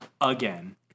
Again